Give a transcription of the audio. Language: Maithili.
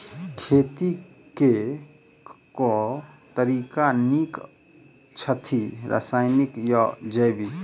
खेती केँ के तरीका नीक छथि, रासायनिक या जैविक?